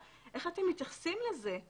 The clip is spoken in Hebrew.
חסר אונים במדינה הזאת.